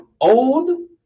old